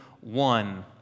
one